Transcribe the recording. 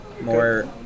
More